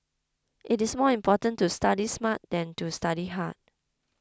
it is more important to study smart than to study hard